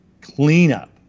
cleanup